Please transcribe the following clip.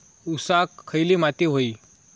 ऊसाक खयली माती व्हयी?